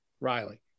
Riley